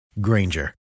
Granger